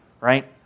right